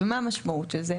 ומה המשמעות של זה?